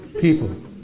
People